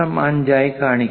5 ആയി കാണിക്കുന്നു